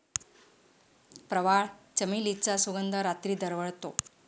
प्रवाळ, चमेलीचा सुगंध रात्री दरवळतो